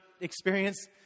experience